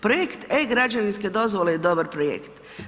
Projekt e-građevinske dozvole je dobar projekt.